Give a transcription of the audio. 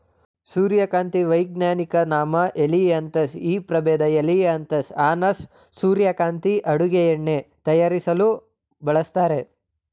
ಸೂರ್ಯಕಾಂತಿ ವೈಜ್ಞಾನಿಕ ನಾಮ ಹೆಲಿಯಾಂತಸ್ ಈ ಪ್ರಭೇದ ಹೆಲಿಯಾಂತಸ್ ಅನ್ನಸ್ ಸೂರ್ಯಕಾಂತಿನ ಅಡುಗೆ ಎಣ್ಣೆ ತಯಾರಿಸಲು ಬಳಸ್ತರೆ